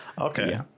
Okay